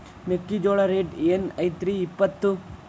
ಮೆಕ್ಕಿಜೋಳ ರೇಟ್ ಏನ್ ಐತ್ರೇ ಇಪ್ಪತ್ತು?